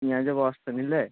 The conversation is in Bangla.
পেঁয়াজের বস্তা নিলে